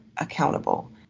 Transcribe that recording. accountable